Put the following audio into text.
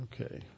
Okay